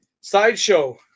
Sideshow